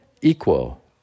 equal